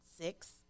six